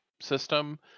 system